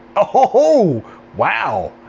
oh wow!